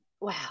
Wow